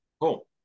Cool